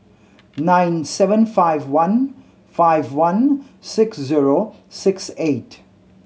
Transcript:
nine seven five one five one six zero six eight